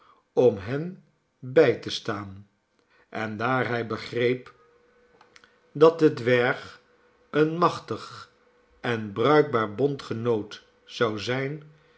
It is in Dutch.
om hen bij te staan en daar hij begreep dat de dwerg een machtig en bruikbaar bondgenoot zou zijn